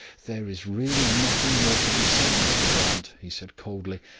there is really nothing more to be said, mr grant, he said coldly.